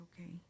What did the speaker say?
okay